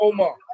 Omar